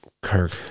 Kirk